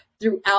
throughout